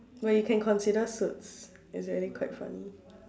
but you can consider suits it's really quite funny